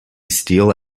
steele